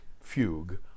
Fugue